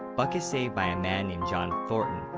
buck is saved by a man named john thornton,